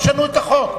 תשנו את החוק.